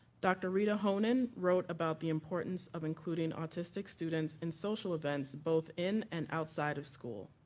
dr. rita honan wrote about the importance of including autistic students in social events, both in and outside of school.